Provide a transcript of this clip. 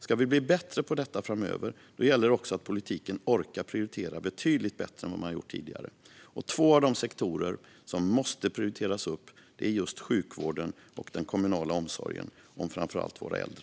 Ska vi bli bättre på detta framöver gäller det också att politiken orkar prioritera betydligt bättre än vad man gjort tidigare. Två av de sektorer som måste prioriteras upp är just sjukvården och den kommunala omsorgen om framför allt våra äldre.